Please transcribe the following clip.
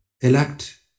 elect